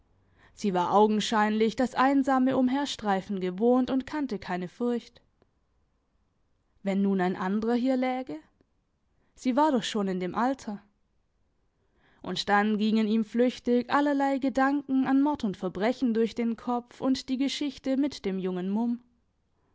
sie war augenscheinlich das einsame umherstreifen gewohnt und kannte keine furcht wenn nun ein andrer hier läge sie war doch schon in dem alter und dann gingen ihm flüchtig allerlei gedanken an mord und verbrechen durch den kopf und die geschichte mit dem jungen mumm